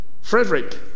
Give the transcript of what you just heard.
Frederick